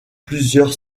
plusieurs